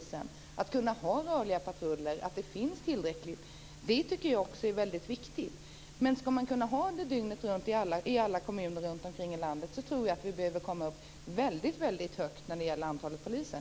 Jag tycker också att det är väldigt viktigt att vi kan ha rörliga patruller och att det finns tillräckligt med poliser. Men om man ska kunna ha det dygnet runt i alla kommuner runtom i landet tror jag att vi behöver ha ett väldigt stort antal poliser.